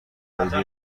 بده